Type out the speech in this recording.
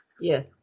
Yes